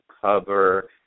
cover